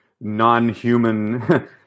non-human